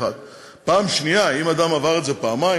1. 2. אם אדם עבר את זה פעמיים,